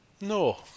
no